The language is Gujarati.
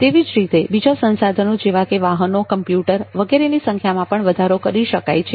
તેવી જ રીતે બીજા સંસાધનો જેવા કે વાહનો કમ્પ્યુટર વગેરેની સંખ્યામાં પણ વધારો કરી શકાય છે